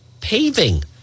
paving